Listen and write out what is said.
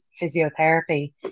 physiotherapy